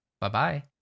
Bye-bye